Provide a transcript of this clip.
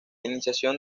iniciación